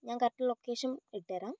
ഞാൻ correct location ഇട്ടുതരാം